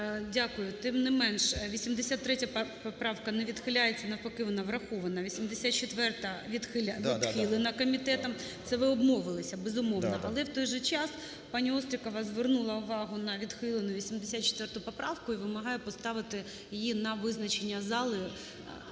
Дякую. Тим не менш, 83 поправка не відхиляється, а навпаки вона врахована. 84-а – відхилена комітетом. Це ви обмовилися, безумовно. Але в той же час пані Острікова звернула увагу на відхилену 84 поправку і вимагає поставити її на визначення зали.